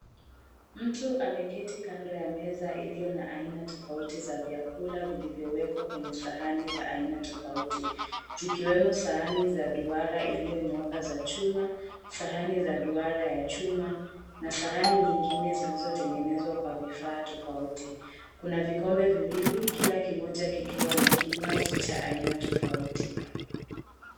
Mtu ameketi kando ya meza iliyo na aina tofauti za vyakula vilivyowekwa kwenye sahani za aina tofauti. Zikiwemo sahani za duara iliyonyooka za chuma, sahani za duara ya chuma na sahani nyingine zilizotengenezwa kwa vifaa tofauti. Kuna vikombe viwili, kila kimoja kikiwa na kinywaji cha aina tofauti.